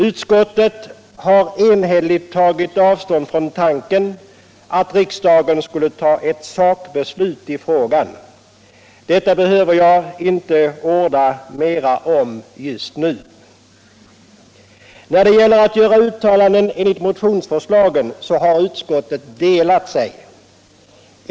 Utskottet har enhälligt tagit avstånd från tanken att riksdagen skulle ta ett sakbeslut i frågan. Detta behöver jag inte orda mer om just nu. När det gäller att göra uttalanden enligt motionsförslagen har utskottet delat sig.